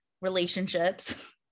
relationships